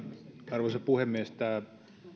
arvoisa puhemies